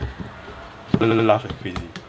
laugh like crazy